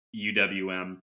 UWM